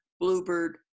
bluebird